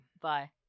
bye